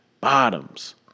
Bottoms